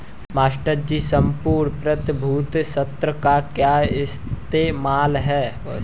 Master ji सम्पूर्ण प्रभुत्व संपन्न का क्या इस्तेमाल है?